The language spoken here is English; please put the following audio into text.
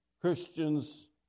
Christians